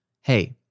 hey